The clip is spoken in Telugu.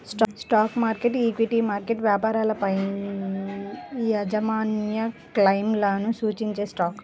స్టాక్ మార్కెట్, ఈక్విటీ మార్కెట్ వ్యాపారాలపైయాజమాన్యక్లెయిమ్లను సూచించేస్టాక్